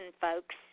folks